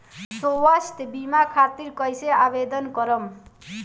स्वास्थ्य बीमा खातिर कईसे आवेदन करम?